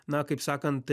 na kaip sakant